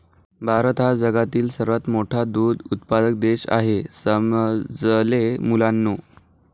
भारत हा जगातील सर्वात मोठा दूध उत्पादक देश आहे समजले मुलांनो